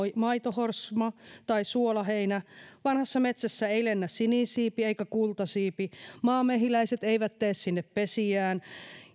maitohorsma tai suolaheinä vanhassa metsässä ei lennä sinisiipi eikä kultasiipi maamehiläiset eivät tee sinne pesiään